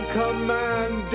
command